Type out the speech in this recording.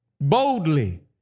Boldly